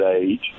age